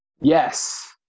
Yes